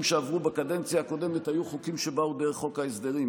שעברו בקדנציה הקודמת היו חוקים שבאו דרך חוק ההסדרים,